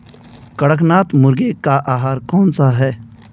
कड़कनाथ मुर्गे का आहार कौन सा है?